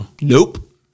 Nope